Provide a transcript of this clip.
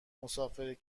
بیشتر